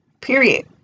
period